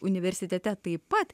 universitete taip pat